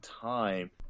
time